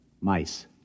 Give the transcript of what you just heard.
Mice